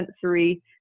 sensory